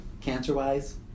cancer-wise